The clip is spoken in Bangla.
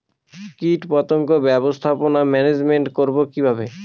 কীটপতঙ্গ ব্যবস্থাপনা ম্যানেজমেন্ট করব কিভাবে?